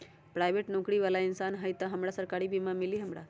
Private नौकरी बाला इंसान हई त हमरा सरकारी बीमा मिली हमरा?